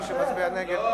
מי שמצביע נגד, לא.